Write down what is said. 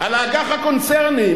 על האג"ח הקונצרני.